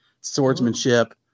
swordsmanship